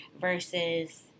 versus